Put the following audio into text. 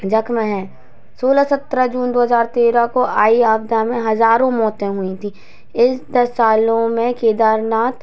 ज़ख्म हैं सोलह सत्रह जून दो हज़ार तेरह को आई आपदा में हज़ारों मौतें हुईं थीं इस दस सालों में केदारनाथ